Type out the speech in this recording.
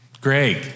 Greg